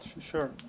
Sure